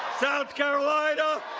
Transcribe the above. south carolina,